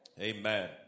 Amen